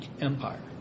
Empire